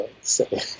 say